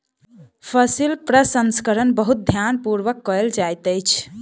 फसील प्रसंस्करण बहुत ध्यान पूर्वक कयल जाइत अछि